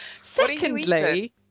Secondly